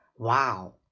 Wow